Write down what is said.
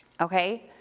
Okay